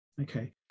Okay